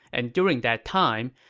and during that time,